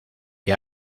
que